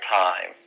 time